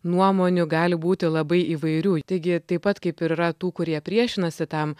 nuomonių gali būti labai įvairių taigi taip pat kaip ir yra tų kurie priešinasi tam